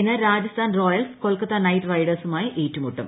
ഇന്ന് Rajasthan royals Kolkata knight റൈഡേഴ്സുമായി ഏറ്റുമുട്ടും